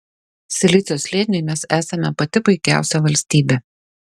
silicio slėniui mes esame pati puikiausia valstybė